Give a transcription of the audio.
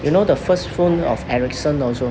you know the first phone of ericsson also